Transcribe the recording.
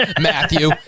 Matthew